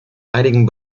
einigen